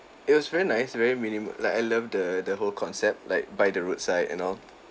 it was very nice very minimum like I loved the the whole concept like by the roadside and all